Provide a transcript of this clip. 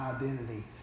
identity